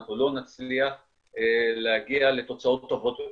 אנחנו לא נצליח להגיע לתוצאות טובות יותר.